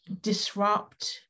disrupt